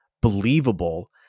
believable